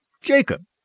Jacob